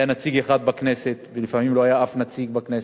היה נציג אחד בכנסת ולפעמים לא היה אף נציג בכנסת,